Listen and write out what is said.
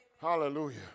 Hallelujah